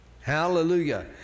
Hallelujah